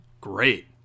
great